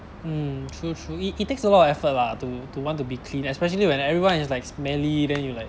mm truly it takes a lot of effort lah to to want to be clean especially when everyone is like smelly then you like